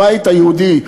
הבית היהודי,